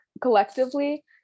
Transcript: collectively